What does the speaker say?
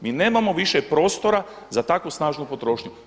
Mi nemao više prostora za takvu snažnu potrošnju.